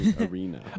arena